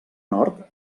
nord